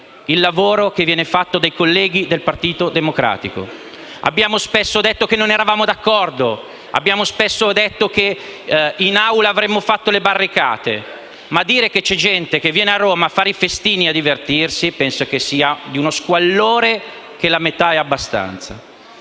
il lavoro che viene fatto dai colleghi del Partito Democratico. Abbiamo spesso detto che non eravamo d’accordo e che in Aula avremmo fatto le barricate: ma dire che c’è gente che viene a Roma a fare i festini e a divertirsi penso sia di uno squallore che la metà sarebbe già abbastanza.